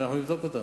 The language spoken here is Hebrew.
ואנחנו נבדוק אותם.